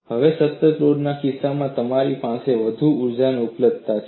હવે સતત લોડના કિસ્સામાં તમારી પાસે વધુ ઊર્જા ઉપલબ્ધતા છે